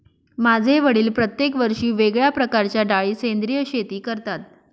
माझे वडील प्रत्येक वर्षी वेगळ्या प्रकारच्या डाळी सेंद्रिय शेती करतात